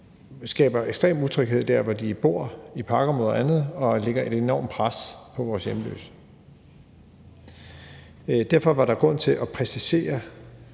skaber ekstrem utryghed der, hvor de bor i parkområder og andet, og lægger et enormt pres på vores hjemløse. Derfor var der grund til at præcisere